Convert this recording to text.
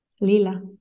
Lila